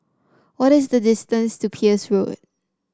what is the distance to Peirce Road